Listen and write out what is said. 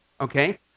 okay